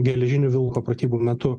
geležinio vilko pratybų metu